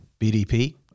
BDP